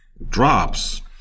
drops